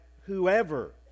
whoever